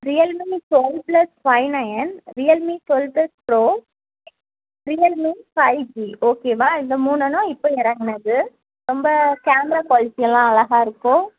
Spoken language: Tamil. Realme twelve plus five nine Realme twelve plus pro Realme five G ஓகேவா இந்த மூணனும் இப்போ இறங்குனது ரொம்ப கேமரா குவாலிட்டி எல்லாம் அழகா இருக்கும்